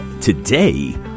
today